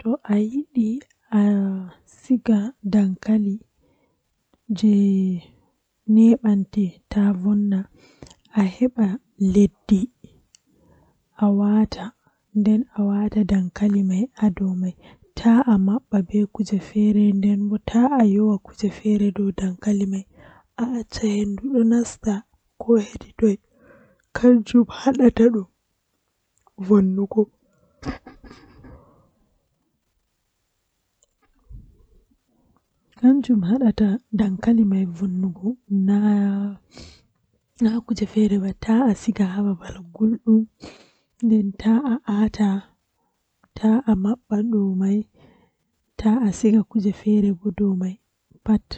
No atakkirta karema arandewol kam a ataggitan kare man ha babal jei wala mburi to awuiti ndei atagga dum didi to a taggi didi alora atagga dum nay atagga dum wurta juwetato haa famdita warta peetel.